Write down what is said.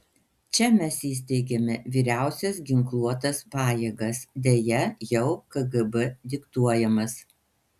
čia mes įsteigėme vyriausias ginkluotas pajėgas deja jau kgb diktuojamas